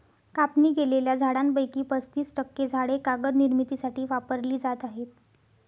कापणी केलेल्या झाडांपैकी पस्तीस टक्के झाडे कागद निर्मितीसाठी वापरली जात आहेत